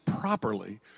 properly